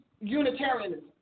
Unitarianism